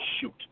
Shoot